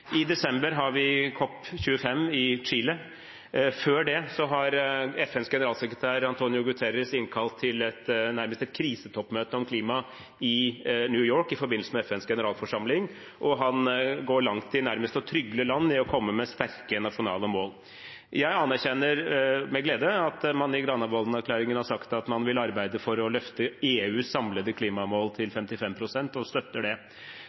I desember har vi COP25 i Chile. Før det har FNs generalsekretær, António Guterres, innkalt til det som er nærmest et krisetoppmøte om klima i New York i forbindelse med FNs generalforsamling. Han går langt i nærmest å trygle land om å komme med sterke nasjonale mål. Jeg anerkjenner med glede at man i Granavolden-plattformen sier at man vil arbeide for å løfte EUs samlede klimamål til 55 pst., og støtter det.